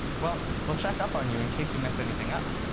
well, we'll check up on you in case you mess anything up,